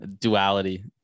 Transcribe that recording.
Duality